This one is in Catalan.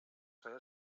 feia